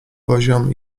poziom